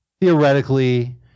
theoretically